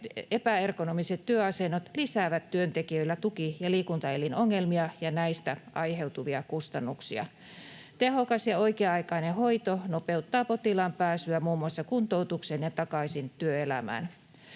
epäergonomiset työ-asennot lisäävät työntekijöiden tuki‑ ja liikuntaelinongelmia ja näistä aiheutuvia kustannuksia. Tehokas ja oikea-aikainen hoito nopeuttaa potilaan pääsyä muun muassa kuntoutukseen ja takaisin työelämään.